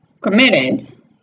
committed